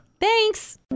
Thanks